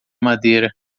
madeira